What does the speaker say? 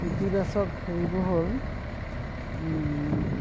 ইতিবাচক হেৰিবোৰ হ'ল